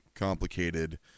Complicated